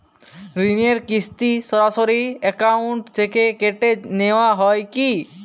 ঋণের কিস্তি সরাসরি অ্যাকাউন্ট থেকে কেটে নেওয়া হয় কি?